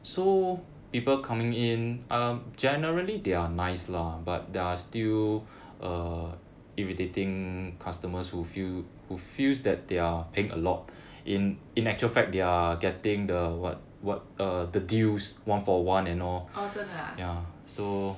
orh 真的啊